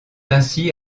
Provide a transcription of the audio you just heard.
ainsi